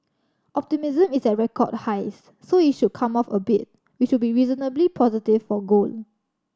optimism is at record highs so it should come off a bit which would be reasonably positive for gold